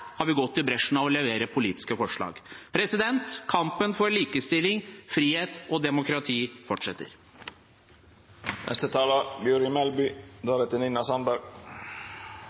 har vi gått i bresjen ved å levere politiske forslag. Kampen for likestilling, frihet og demokrati